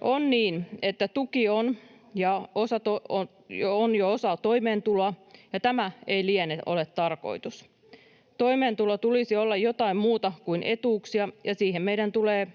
On niin, että tuki on jo osa toimeentuloa, ja tämä ei liene tarkoitus. Toimeentulon tulisi olla jotain muuta kuin etuuksia, ja siihen meidän tulee